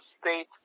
State